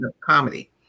comedy